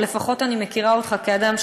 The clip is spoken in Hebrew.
לפחות אני מכירה אותך כאדם,